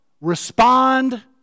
respond